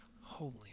Holy